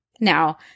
Now